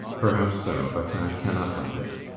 perhaps so. but i cannot help it.